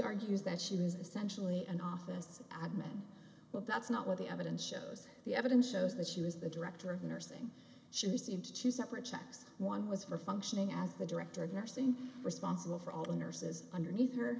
argues that she was essentially an office admin but that's not what the evidence shows the evidence shows that she was the director of nursing she was into two separate checks one was for functioning as the director of nursing responsible for all the nurses underneath her